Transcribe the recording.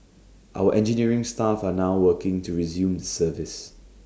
our engineering staff are now working to resume the service